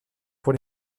pour